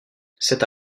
cet